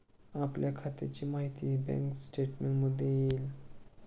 आपल्या खात्याची माहिती बँक स्टेटमेंटमध्ये येईल